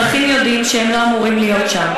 "האזרחים יודעים שהם לא אמורים להיות שם.